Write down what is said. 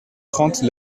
trente